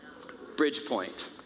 Bridgepoint